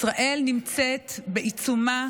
ישראל נמצאת בעיצומה